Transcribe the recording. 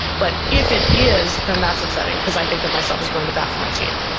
but if it is, then that's upsetting because i think of myself as going to bat for my team.